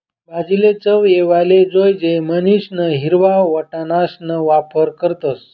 भाजीले चव येवाले जोयजे म्हणीसन हिरवा वटाणासणा वापर करतस